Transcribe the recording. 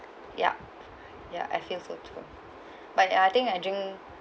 ya ya I feel so too but I think I drink